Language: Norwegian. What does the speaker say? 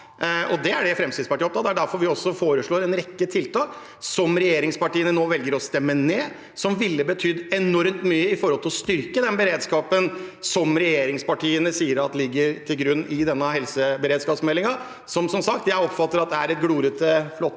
Det er det Fremskrittspartiet er opptatt av. Det er derfor vi foreslår en rekke tiltak regjeringspartiene nå velger å stemme ned. Det ville betydd enormt mye for å styrke den beredskapen regjeringspartiene sier at ligger til grunn i denne helseberedskapsmeldingen. Som sagt: Jeg oppfatter at det er et glorete, flott